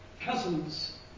cousins